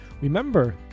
Remember